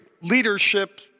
leadership